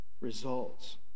results